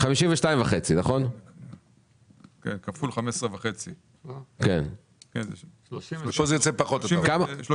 כפול 15.5. כמעט 39 שקלים.